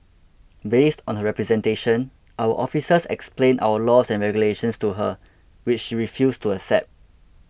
based on her representation our officers explained our laws and regulations to her which she refused to accept